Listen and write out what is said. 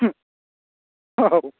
ꯑꯧ